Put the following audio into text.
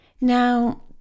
Now